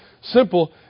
simple